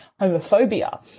homophobia